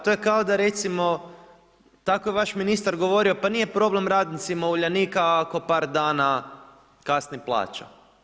To je kao da recimo, tako je vaš ministar govorio, pa nije problem radnicima Uljanika ako par dana kasni plaća.